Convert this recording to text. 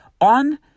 on